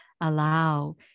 allow